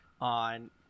on